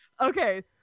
Okay